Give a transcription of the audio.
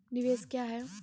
निवेश क्या है?